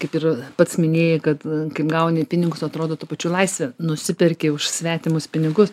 kaip ir pats minėjai kad kaip gauni pinigus atrodo tuo pačiu laisvę nusiperki už svetimus pinigus